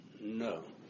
No